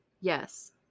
yes